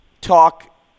talk